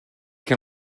can